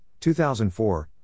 2004